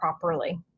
properly